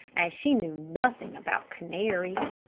as she knew nothing about canaries.